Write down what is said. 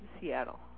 Seattle